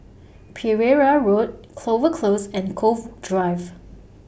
Pereira Road Clover Close and Cove Drive